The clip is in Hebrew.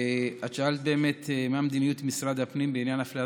שאלת באמת מה מדיניות משרד הפנים בעניין אפליית